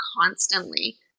constantly